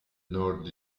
nord